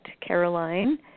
Caroline